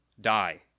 die